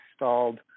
installed